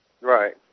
Right